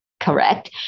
correct